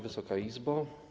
Wysoka Izbo!